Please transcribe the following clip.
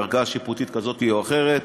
ערכאה שיפוטית כזאת או אחרת.